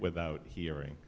without hearing